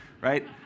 Right